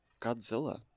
Godzilla